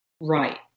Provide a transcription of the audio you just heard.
Right